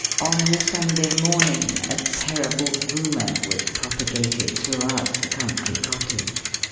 on the sunday morning a terrible rumour was propagated throughout the country cottage.